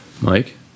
Mike